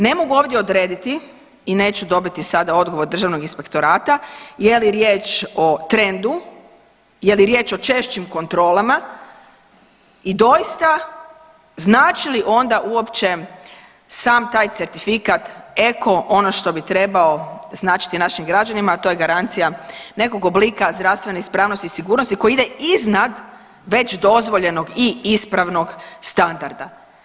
Ne mogu ovdje odrediti i neću dobiti sada odgovor Državnog inspektorata je li riječ o trendu, je li riječ o češćim kontrolama i doista znači li onda uopće sam taj certifikat eko ono što bi trebao značiti našim građanima, a to je garancija nekog oblika zdravstvene ispravnosti i sigurnosti koji ide iznad već dozvoljenog i ispravnog standarda.